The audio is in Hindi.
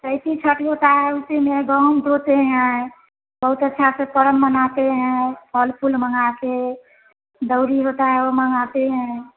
ऐसे छट होता है उसी में गाओं धोते है बहुत अच्छा से पर्व मनाते है फल फूल मगा के दाउरी होता है वह मगाते हैं